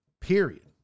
Period